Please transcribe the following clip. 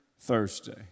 Thursday